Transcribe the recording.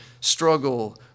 struggle